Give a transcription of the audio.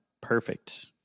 perfect